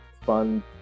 fun